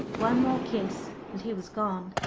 one more kiss and he was gone.